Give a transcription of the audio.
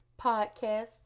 Podcast